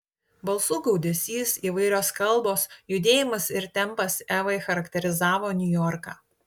balsų gaudesys įvairios kalbos judėjimas ir tempas evai charakterizavo niujorką